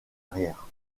arrière